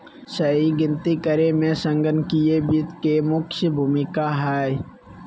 सही गिनती करे मे संगणकीय वित्त के मुख्य भूमिका हय